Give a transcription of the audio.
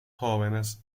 jóvenes